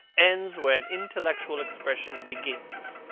ends where an intellectual expression begins.